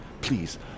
Please